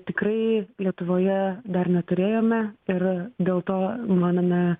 tikrai lietuvoje dar neturėjome ir dėl to manome